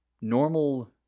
normal